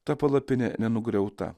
ta palapinė nenugriauta